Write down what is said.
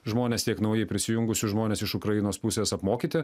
žmones tiek naujai prisijungusius žmones iš ukrainos pusės apmokyti